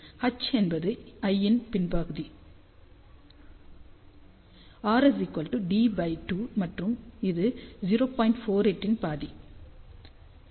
h என்பது l இன் பாதி rd2 மற்றும் இது 0